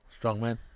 Strongman